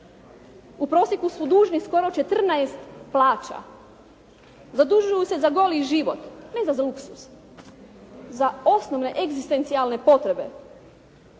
U prosjeku smo dužni skoro 14 plaća. Zadužuju se za goli život. Ne za luksuz. Za osnovne egzistencijalne potrebe.